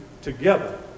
together